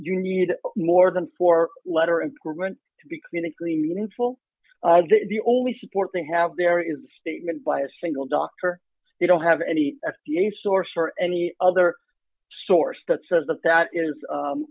you need more than four letter agreement to be clinically meaningful the only support they have there is a statement by a single doctor you don't have any f d a source or any other source that says that